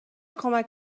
کمک